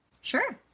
Sure